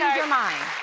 ah your mind?